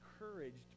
encouraged